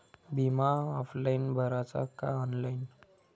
बिमा ऑफलाईन भराचा का ऑनलाईन?